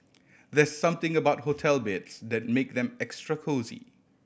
there something about hotel beds that makes them extra cosy